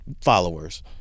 followers